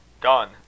Done